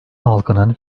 halkının